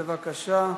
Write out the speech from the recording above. בבקשה.